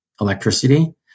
electricity